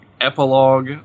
epilogue